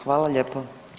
Hvala lijepo.